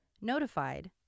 Notified